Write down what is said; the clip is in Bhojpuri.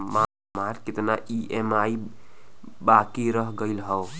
हमार कितना ई ई.एम.आई बाकी रह गइल हौ?